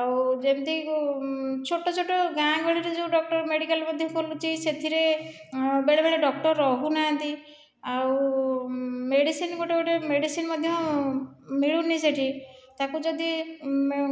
ଆଉ ଯେମିତି ଛୋଟ ଛୋଟ ଗାଁ ଗହଳିରେ ଯେଉଁ ଡକ୍ଟର ମେଡିକାଲ ମଧ୍ୟ ଖୋଲୁଛି ସେଥିରେ ବେଳେବେଳେ ଡକ୍ଟର ରହୁନାହାନ୍ତି ଆଉ ମେଡିସିନ୍ ଗୋଟିଏ ଗୋଟିଏ ମେଡିସିନ୍ ମଧ୍ୟ ମିଳୁନାହିଁ ସେଠି ତାକୁ ଯଦି